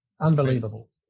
Unbelievable